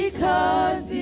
cars,